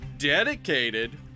dedicated